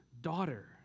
daughter